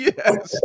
Yes